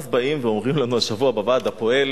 ואז באים ואומרים לנו השבוע בוועד הפועל